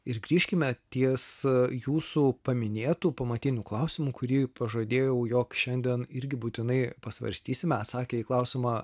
ir grįžkime ties jūsų paminėtu pamatiniu klausimu kurį pažadėjau jog šiandien irgi būtinai pasvarstysime atsakę į klausimą